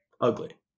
ugly